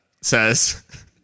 says